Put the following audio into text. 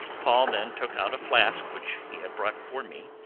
paul then took out a flask which he had brought for me,